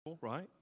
right